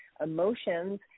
emotions